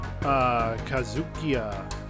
Kazukiya